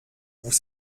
vous